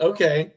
Okay